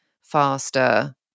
faster